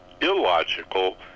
illogical